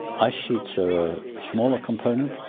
ice sheets are a smaller component,